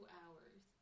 hours